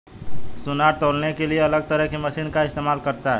सुनार तौलने के लिए अलग तरह की मशीन का इस्तेमाल करता है